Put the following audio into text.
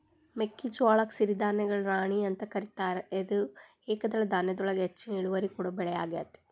ಮೆಕ್ಕಿಜೋಳಕ್ಕ ಸಿರಿಧಾನ್ಯಗಳ ರಾಣಿ ಅಂತ ಕರೇತಾರ, ಇದು ಏಕದಳ ಧಾನ್ಯದೊಳಗ ಹೆಚ್ಚಿನ ಇಳುವರಿ ಕೊಡೋ ಬೆಳಿಯಾಗೇತಿ